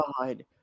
God